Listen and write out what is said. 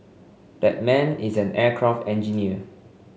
that man is an aircraft engineer